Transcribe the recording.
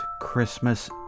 Christmas